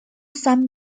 some